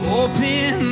open